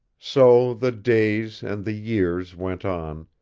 so the days and the years went on,